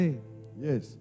Yes